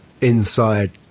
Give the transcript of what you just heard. inside